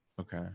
Okay